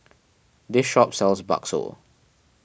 this shop sells Bakso